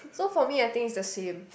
so for me I think it's the same